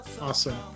awesome